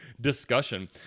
discussion